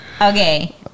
Okay